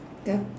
the